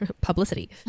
publicity